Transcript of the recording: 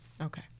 Okay